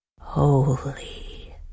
holy